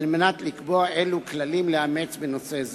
מנת לקבוע אילו כללים לאמץ בנושא זה.